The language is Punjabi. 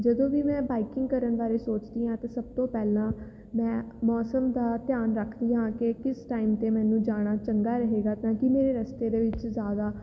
ਜਦੋਂ ਵੀ ਮੈਂ ਬਾਈਕਿੰਗ ਕਰਨ ਬਾਰੇ ਸੋਚਦੀ ਹਾਂ ਤਾਂ ਸਭ ਤੋਂ ਪਹਿਲਾਂ ਮੈਂ ਮੌਸਮ ਦਾ ਧਿਆਨ ਰੱਖਦੀ ਹਾਂ ਕਿ ਕਿਸ ਟਾਈਮ 'ਤੇ ਮੈਨੂੰ ਜਾਣਾ ਚੰਗਾ ਰਹੇਗਾ ਤਾਂ ਕਿ ਮੇਰੇ ਰਸਤੇ ਦੇ ਵਿੱਚ ਜ਼ਿਆਦਾ